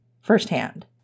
firsthand